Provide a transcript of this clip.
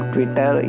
Twitter